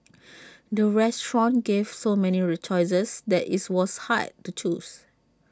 the restaurant gave so many choices that its was hard to choose